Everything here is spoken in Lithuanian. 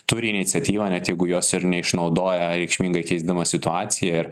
turi iniciatyvą net jeigu jos ir neišnaudoja reikšmingai keisdama situaciją ir